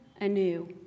anew